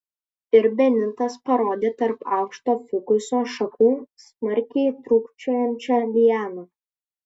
ir benitas parodė tarp aukšto fikuso šakų smarkiai trūkčiojančią lianą